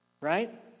right